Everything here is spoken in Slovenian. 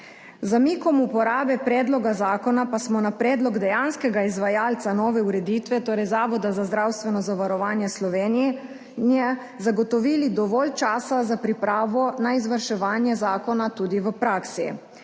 zamikom uporabe predloga zakona pa smo na predlog dejanskega izvajalca nove ureditve, torej Zavoda za zdravstveno zavarovanje Slovenije, zagotovili dovolj časa za pripravo na izvrševanje zakona tudi v praksi.